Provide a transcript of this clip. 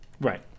Right